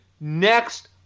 next